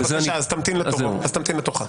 אז בבקשה תמתין לתורך.